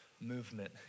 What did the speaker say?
movement